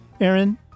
Aaron